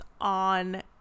on